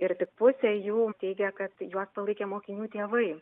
ir tik pusė jų teigia kad juos palaikė mokinių tėvai